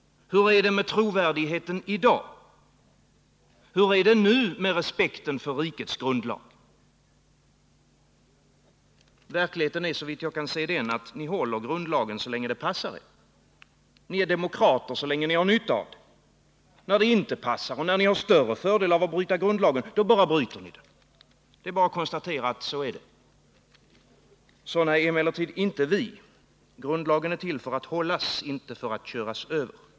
Hur är det med trovärdigheten i dag? Hur är och ADB i statsdet nu med respekten för rikets grundlag? Verkligheten är såvitt jag kan se den att ni håller grundlagen så länge det passar er. Ni är demokrater så länge ni har nytta av det. När det inte passar och när ni har större fördel av att bryta grundlagen — då bara bryter ni den. Det är bara att konstatera att så är det. Sådana är emellertid inte vi — grundlagen är till för att hållas, inte för att köras över.